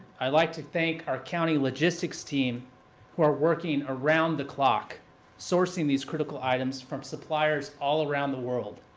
i'd like to thank our county logistics team who are working around the clock sourcing these critical items from suppliers all around the world.